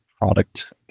product